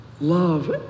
love